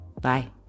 Bye